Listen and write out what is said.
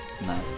No